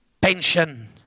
pension